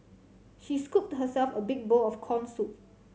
she scooped herself a big bowl of corn soup